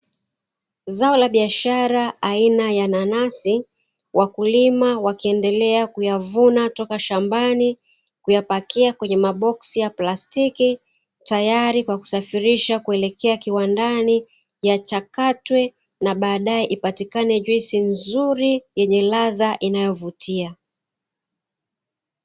Zao la biashara aina ya nanasi, wakulima wakiendelea kuyavuna toka shambani, kuyapakia kwenye maboksi ya plastiki, tayari kwa kusafirisha kupeleka kuelekea kiwandani, yachakatwe na baadae ipatikane juisi nzuri, yenye radha inayovutia.